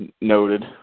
Noted